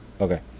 Okay